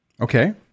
okay